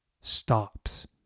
stops